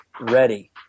ready